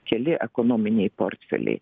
keli ekonominiai portfeliai